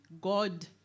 God